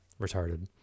retarded